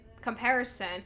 comparison